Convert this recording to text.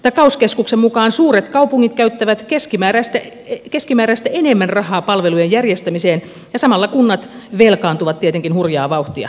takauskeskuksen mukaan suuret kaupungit käyttävät keskimääräistä enemmän rahaa palvelujen järjestämiseen ja samalla kunnat velkaantuvat tietenkin hurjaa vauhtia